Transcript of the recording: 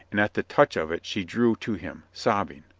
and at the touch of it she drew to him, sob bing.